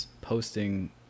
posting